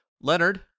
Leonard